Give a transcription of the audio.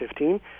2015